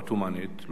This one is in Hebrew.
לא מזמן,